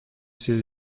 ses